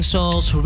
Souls